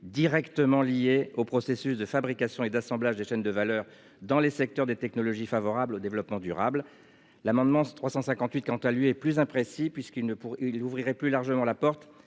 directement liées au processus de fabrication et d'assemblage des chaînes de valeur dans les secteurs des technologies favorables au développement durable. L'amendement 358, quant à lui est plus imprécis puisqu'il ne pourrait il ouvrirait plus largement la porte.